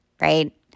right